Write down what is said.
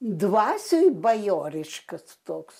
dvasioj bajoriškas toks